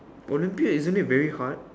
Olympiad isn't it very hard